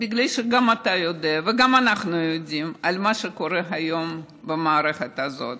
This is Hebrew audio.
בגלל שגם אתה יודע וגם אנחנו יודעים מה קורה היום במערכת הזאת.